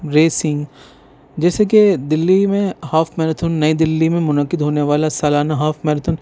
racing جیسے کہ دِلّی میں ہاف میرتھن نئی دِلّی میں منعقد ہونے والا سالانہ ہاف میرتھن